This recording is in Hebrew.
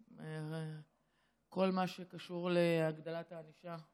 כל מה שקשור להגדלת הענישה,